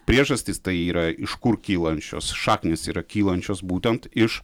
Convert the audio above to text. priežastys tai yra iš kur kylančios šaknys yra kylančios būtent iš